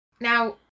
Now